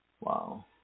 Wow